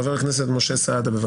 חבר הכנסת משה סעדה, בבקשה.